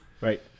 Right